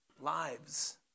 lives